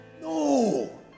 No